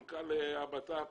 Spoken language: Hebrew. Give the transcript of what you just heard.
מנכ"ל המשרד לביטחון פנים